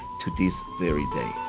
to this very day.